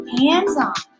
hands-on